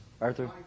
Arthur